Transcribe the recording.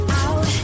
out